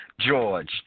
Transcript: George